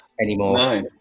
anymore